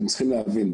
אתם צריכים להבין,